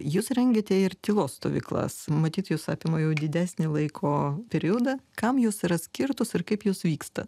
jūs rengiate ir tylos stovyklas matyt jos apima jau didesnį laiko periodą kam jos yra skirtos ir kaip jos vyksta